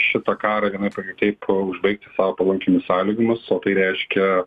šitą karą vienaip ar kitaip užbaigti sau palankiomis sąlygomis o tai reiškia